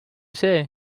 see